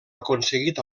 aconseguit